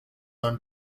own